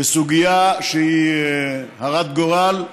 סוגיה שהיא הרת גורל,